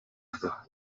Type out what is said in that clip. mwiseneza